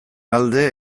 alde